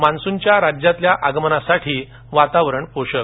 मान्सूनच्या राज्यातल्या आगमनासाठी वातावरण पोषक